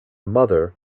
mother